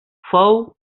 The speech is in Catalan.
fou